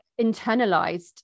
internalized